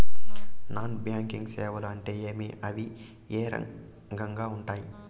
non banking సేవలు అంటే ఏమి అవి ఏ రకంగా ఉండాయి